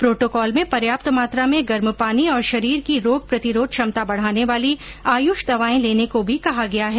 protocol में पर्याप्त मात्रा में गर्म पानी और शरीर की रोग प्रतिरोध क्षमता बढ़ाने वाली आयुष दवाएं लेने को भी कहा गया है